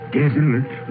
desolate